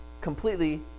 completely